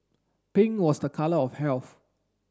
pink was the colour of health